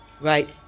right